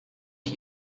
ich